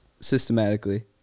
systematically